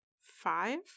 five